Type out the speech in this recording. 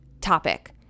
topic